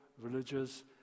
religious